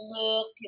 look